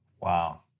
Wow